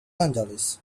angeles